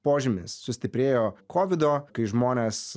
požymis sustiprėjo kovido kai žmonės